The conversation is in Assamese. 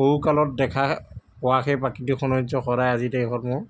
সৰুকালত দেখা হোৱা সেই প্ৰাকৃতিক সৌন্দৰ্য্য সদায় আজিৰ তাৰিখত মোৰ